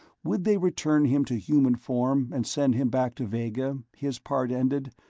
would they return him to human form and send him back to vega, his part ended?